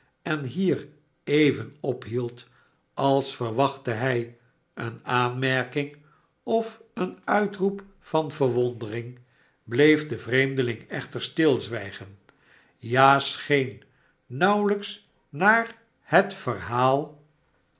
en hier even ophield als verwachtte hij eene aanmerking of een uitroep van verwondering bleef de vreemdeling echter stilzwijgen ja scheen nauwelijks naar het verhaal